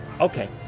okay